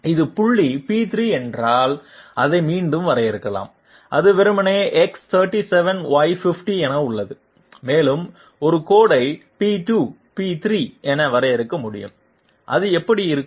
இது புள்ளி p3 என்றால் அதை மீண்டும் வரையறுக்கலாம் அது வெறுமனே X37 Y50 என உள்ளது மேலும் ஒரு கோடை p2 p3 என வரையறுக்க முடியும் அது எப்படி இருக்கும்